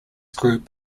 group